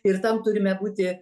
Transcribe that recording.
ir tam turime būti